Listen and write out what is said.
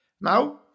Now